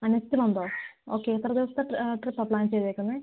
അനച്ചലുണ്ടോ okay എത്ര ദിവസത്തെ ട്രിപ്പാണ് പ്ലാൻ ചെയ്തേക്കുന്നത്